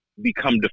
become